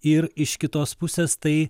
ir iš kitos pusės tai